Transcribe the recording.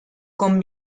con